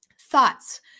Thoughts